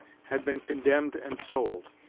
had been condemned and sold.